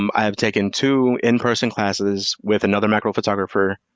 um i have taken two in-person classes with another macro photographer.